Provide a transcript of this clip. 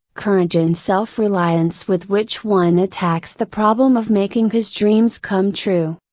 courage and self reliance with which one attacks the problem of making his dreams come true.